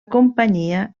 companyia